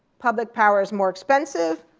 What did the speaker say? public power's more expensive,